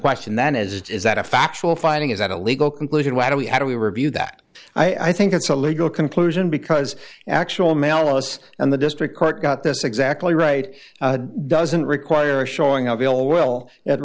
question then is it is that a factual finding is that a legal conclusion why do we how do we review that i think it's a legal conclusion because actual malice and the district court got this exactly right doesn't require a showing of ill will